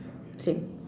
same